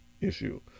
issue